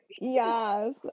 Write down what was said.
Yes